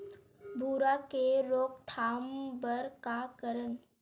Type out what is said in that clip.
भूरा के रोकथाम बर का करन?